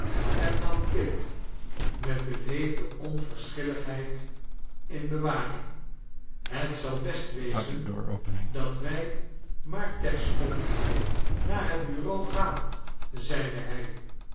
en nam kit met beleefde onverschilligheid in bewaring het zal best wezen dat wij maar terstond naar het bureau gaan zeide hij